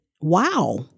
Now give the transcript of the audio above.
wow